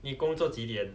你工作几点